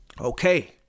Okay